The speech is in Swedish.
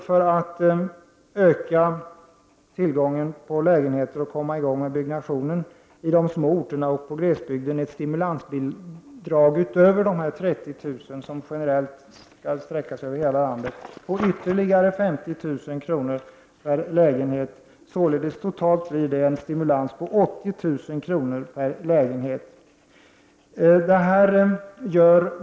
För att öka tillgången på lägenheter och komma i gång med byggnation på de små orterna och på glesbygden föreslår vi ett stimulansbidrag — utöver dessa 30 000 som gäller för hela landet — på ytterligare 50 000 kr. per lägenhet. Totalt blir det således en stimulans på 80 000 kr. per lägenhet.